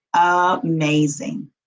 amazing